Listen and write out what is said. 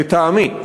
לטעמי.